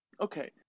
okay